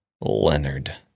Leonard